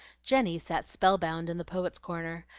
jenny sat spellbound in the poets' corner,